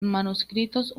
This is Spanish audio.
manuscritos